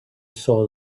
saw